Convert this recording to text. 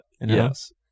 yes